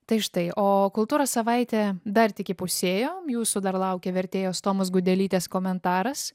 tai štai o kultūros savaitė dar tik įpusėjom jūsų dar laukia vertėjos tomos gudelytės komentaras